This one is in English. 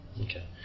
Okay